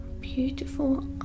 beautiful